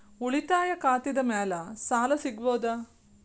ಉಳಿತಾಯ ಖಾತೆದ ಮ್ಯಾಲೆ ಸಾಲ ಸಿಗಬಹುದಾ?